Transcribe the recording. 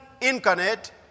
incarnate